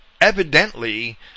Evidently